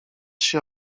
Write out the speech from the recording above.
się